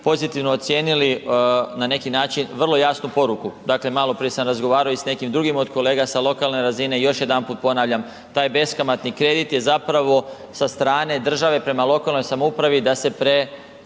pozitivno ocijenili na neki način vrlo jasnu poruku. Dakle, maloprije sam razgovarao i s nekim drugim od kolega sa lokalne razine i još jedanput ponavljam taj beskamatni kredit je zapravo sa strane države prema lokalnoj samoupravi da se premosti